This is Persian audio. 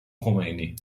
خمینی